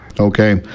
Okay